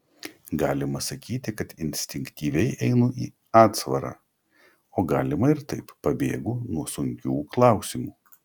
galima sakyti kad instinktyviai einu į atsvarą o galima ir taip pabėgu nuo sunkių klausimų